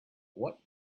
what